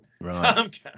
Right